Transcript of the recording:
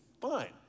fine